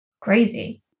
crazy